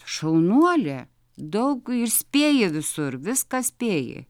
šaunuolė daug ir spėji visur viską spėji